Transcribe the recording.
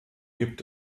gibt